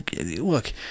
Look